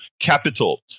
capital